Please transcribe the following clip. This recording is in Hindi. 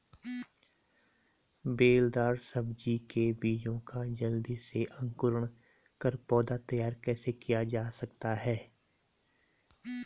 बेलदार सब्जी के बीजों का जल्दी से अंकुरण कर पौधा तैयार कैसे किया जा सकता है?